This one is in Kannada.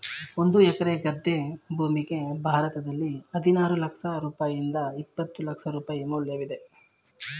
ಒಂದು ಎಕರೆ ಗದ್ದೆ ಭೂಮಿಗೆ ಭಾರತದಲ್ಲಿ ಹದಿನಾರು ಲಕ್ಷ ರೂಪಾಯಿಯಿಂದ ಇಪ್ಪತ್ತು ಲಕ್ಷ ರೂಪಾಯಿ ಮೌಲ್ಯವಿದೆ